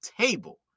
table